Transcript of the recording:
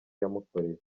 yamukoreye